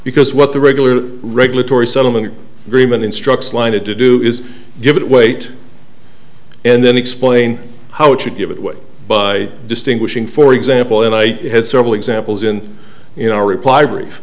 because what the regular regulatory settlement agreement instructs lynott to do is give it weight and then explain how it should give it way by distinguishing for example and i have several examples in you know reply brief